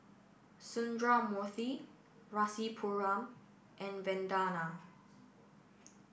Sundramoorthy Rasipuram and Vandana